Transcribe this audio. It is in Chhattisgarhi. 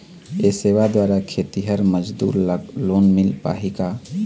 ये सेवा द्वारा खेतीहर मजदूर ला लोन मिल पाही का?